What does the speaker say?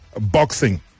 boxing